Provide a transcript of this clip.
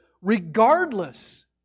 regardless